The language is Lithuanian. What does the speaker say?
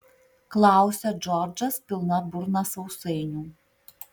klausia džordžas pilna burna sausainių